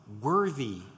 worthy